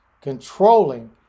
controlling